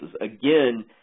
Again